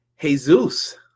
jesus